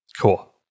Cool